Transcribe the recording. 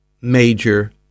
major